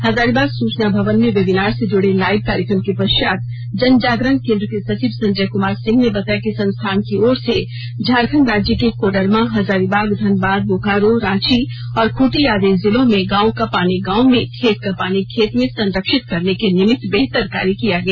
हजारीबाग सूचना भवन में वेबिनार से जुड़े लाईव कार्यक्रम के पश्चात जनजागरण केन्द्र के सचिव संजय कुमार सिंह ने बताया कि संस्थान की ओर से झारखण्ड राज्य के कोडरमा हजारीबाग धनबाद बोकारो रांची और खूंटी आदि जिलों गांव का पानी गांव में खेत का पानी खेत में संरक्षित करने के निमित बेहतर कार्य किया गया